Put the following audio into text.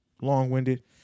long-winded